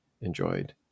enjoyed